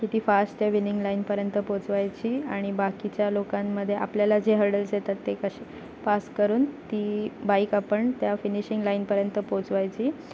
की ती फास्ट त्या विनिंग लाईनपर्यंत पोचवायची आणि बाकीच्या लोकांमध्ये आपल्याला जे हडल्स येतात ते कसे पास करून ती बाईक आपण त्या फिनिशिंग लाईनपर्यंत पोचवायची